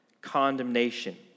Condemnation